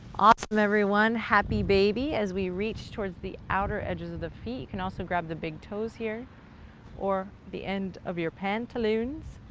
awesome, everyone. happy baby as we reach towards the outer edges of the feet, you can also grab the big toes here or the end of your pantaloons.